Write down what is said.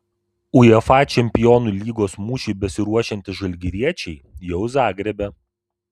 uefa čempionų lygos mūšiui besiruošiantys žalgiriečiai jau zagrebe